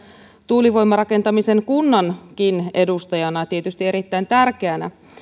tuulivoimarakentamisen kunnankin edustajana tietysti erittäin tärkeänä kun